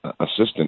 assistant